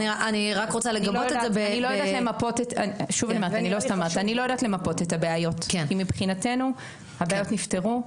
אני לא יודעת למפות את הבעיות כי מבחינתנו הבעיות נפתרו.